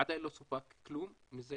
עדיין לא סופק כלום מזה